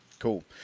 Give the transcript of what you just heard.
Cool